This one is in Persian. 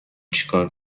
چیکار